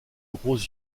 gros